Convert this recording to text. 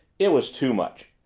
it was too much.